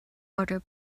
other